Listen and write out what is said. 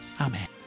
Amen